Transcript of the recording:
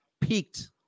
peaked